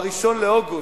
ב-1 באוגוסט,